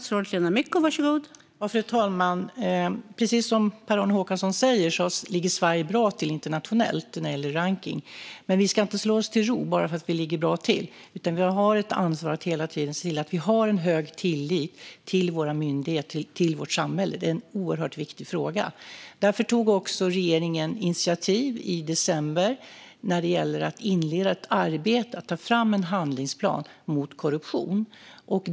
Fru talman! Precis som Per-Arne Håkansson säger ligger Sverige bra till internationellt när det gäller rankning. Men vi ska inte slå oss till ro bara för att vi ligger bra till, utan vi har ett ansvar att hela tiden se till att vi har en hög tillit till våra myndigheter och till vårt samhälle. Det är en oerhört viktig fråga. Därför tog regeringen i december initiativ till att inleda ett arbete med att ta fram en handlingsplan mot korruption.